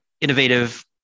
innovative